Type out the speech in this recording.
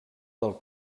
del